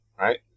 right